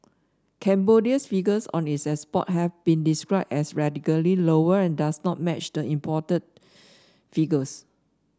Cambodia's figures on its export have been described as radically lower and does not match the imported figures